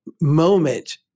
moment